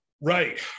right